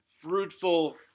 fruitful